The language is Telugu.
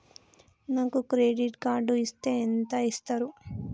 నాకు క్రెడిట్ కార్డు ఇస్తే ఎంత ఇస్తరు?